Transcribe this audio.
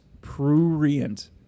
Prurient